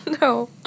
No